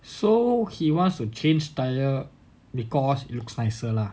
so he wants to change tyre because it looks nicer lah